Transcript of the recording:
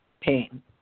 pain